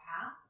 path